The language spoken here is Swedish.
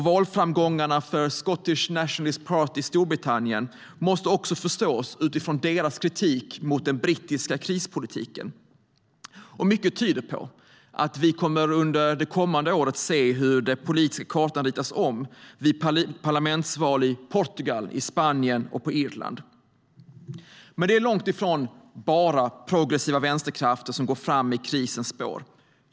Valframgångarna för Scottish National Party i Storbritannien måste också förstås utifrån deras kritik mot den brittiska krispolitiken. Mycket tyder på att vi under det kommande året kommer att se hur den politiska kartan ritas om vid parlamentsval i Portugal, Spanien och Irland. Men det är långt ifrån bara progressiva vänsterkrafter som går framåt i krisens spår.